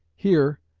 here,